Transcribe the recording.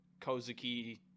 kozuki